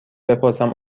بپرسم